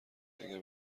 اگر